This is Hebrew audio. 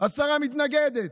השרה מתנגדת.